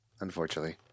Unfortunately